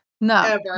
No